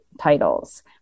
titles